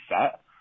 set